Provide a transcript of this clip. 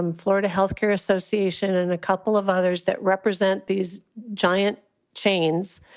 um florida health care association and a couple of others that represent these giant chains